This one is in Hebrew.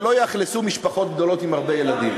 שלא יאכלסו משפחות גדולות, עם הרבה ילדים.